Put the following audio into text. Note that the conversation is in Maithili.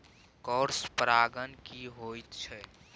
क्रॉस परागण की होयत छै?